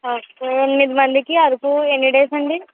okay ఎనిమిది మందికి అరకు ఎన్ని డేస్ అండి